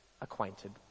acquainted